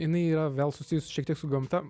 jinai yra vėl susisijus šiek tiek su gamta